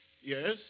Yes